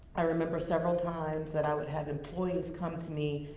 i remember several times that i would have employees come to me,